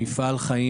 מפעל חיים